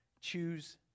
Choose